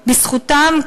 בזכותם,